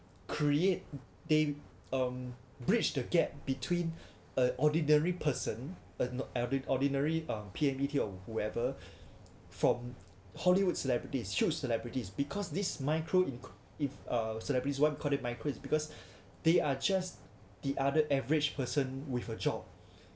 create they um bridge the gap between uh ordinary person or~ um ordi~ ordinary um P_M_E_T or whoever from hollywood celebrities celebrity is because this micro inc~ if uh celebrities I wanna call it micro is because they are just the other average person with a job